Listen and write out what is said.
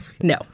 no